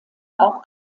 auch